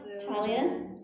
Talia